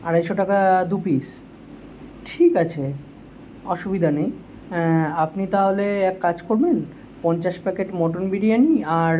আড়াইশো টাকা দু পিস ঠিক আছে অসুবিধা নেই আপনি তাহলে এক কাজ করুন পঞ্চাশ প্যাকেট মটন বিরিয়ানি আর